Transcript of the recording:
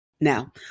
Now